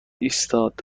ایستاد